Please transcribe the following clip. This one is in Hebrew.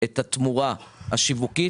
את התמורה השיווקית.